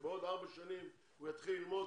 שבעוד ארבע שנים הוא יתחיל ללמוד